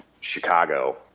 Chicago